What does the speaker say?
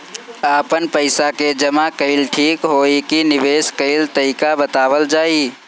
आपन पइसा के जमा कइल ठीक होई की निवेस कइल तइका बतावल जाई?